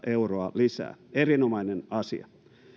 euroa lisää erinomainen asia